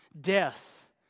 Death